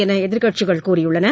என்று எதிர்க்கட்சிகள் கூறியுள்ளன